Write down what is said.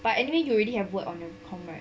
but anyway you already have work on your com right